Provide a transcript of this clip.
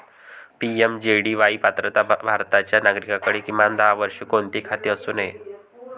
PMJDY पात्रता भारताच्या नागरिकाकडे, किमान दहा वर्षे, कोणतेही खाते असू नये